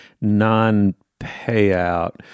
non-payout